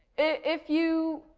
if you,